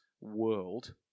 world